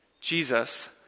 Jesus